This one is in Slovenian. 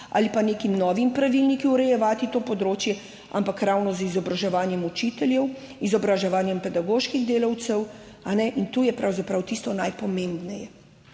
ali pa nekimi novimi pravilniki urejevati, to področje, ampak ravno z izobraževanjem učiteljev, izobraževanjem pedagoških delavcev. In to je pravzaprav tisto najpomembneje.«